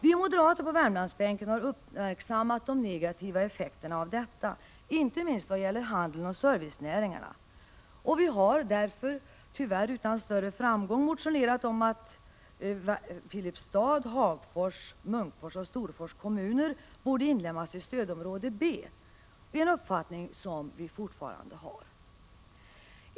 Vi moderater på Värmlandsbänken har uppmärksammat de negativa effekterna av detta — inte minst vad gäller handeln och servicenäringarna. Vi har därför — tyvärr utan större framgång — motionerat om att Filipstad, Hagfors, Munkfors och Storfors kommuner borde inlemmas i stödområde B, en uppfattning som vi fortfarande har.